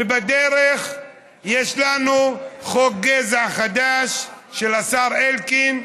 ובדרך יש לנו חוק גזע חדש של השר אלקין,